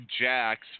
Jax